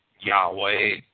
Yahweh